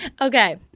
Okay